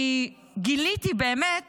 כי גיליתי באמת